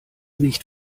nicht